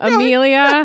Amelia